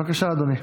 בבקשה, אדוני.